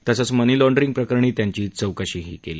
तसंच money laundering प्रकरणी त्यांची चौकशी केली